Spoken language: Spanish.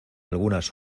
algunas